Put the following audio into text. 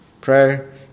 Prayer